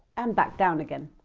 and back down again!